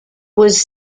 was